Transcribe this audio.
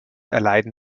erleiden